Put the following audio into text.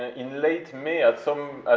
in late may at some,